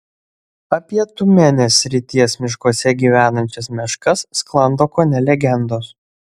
apie tiumenės srities miškuose gyvenančias meškas sklando kone legendos